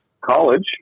college